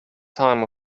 time